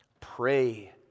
Pray